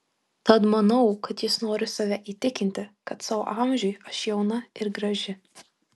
tad manau kad jis nori save įtikinti kad savo amžiui aš jauna ir graži